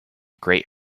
great